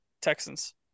Texans